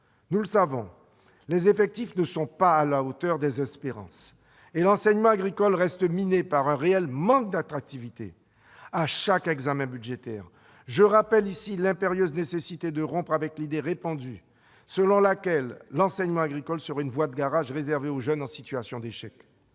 Nous le savons, les effectifs ne sont pas à la hauteur des espérances, et l'enseignement agricole reste miné par un réel manque d'attractivité. À chaque examen budgétaire, je rappelle dans cet hémicycle l'impérieuse nécessité de rompre avec l'idée répandue selon laquelle l'enseignement agricole serait une voie de garage réservée aux jeunes en situation d'échec.